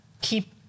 keep